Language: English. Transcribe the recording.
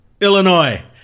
Illinois